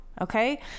okay